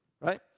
right